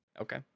Okay